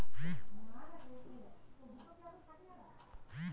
গাডুয়া, Bambusa oldhamii মতন মোট দশ হাজার বাঁশের প্রজাতি হয়